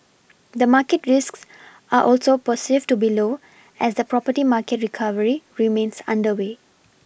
the market risks are also perceived to be low as the property market recovery remains underway